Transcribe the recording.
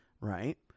Right